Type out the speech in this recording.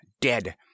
dead